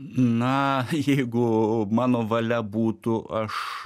na jeigu mano valia būtų aš